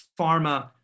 pharma